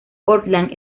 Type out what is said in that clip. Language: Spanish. portland